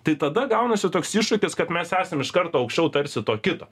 tai tada gaunasi toks iššūkis kad mes esam iš karto aukščiau tarsi to kito